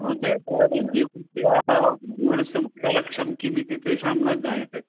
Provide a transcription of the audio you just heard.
नो चेत् जीवस्य जीवनस्य मुख्यलक्ष्यं किमिति तेषां न ज्ञायते